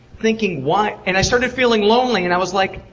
thinking, why and i started feeling lonely! and i was like,